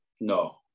No